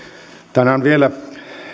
tänään vielä